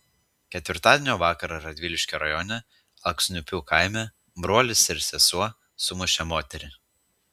ketvirtadienio vakarą radviliškio rajone alksniupių kaime brolis ir sesuo sumušė moterį